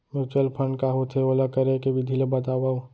mutual fund का होथे, ओला करे के विधि ला बतावव